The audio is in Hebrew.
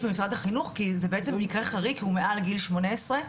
כי זה בעצם מקרה חריג כי הוא מעל גיל שמונה עשרה.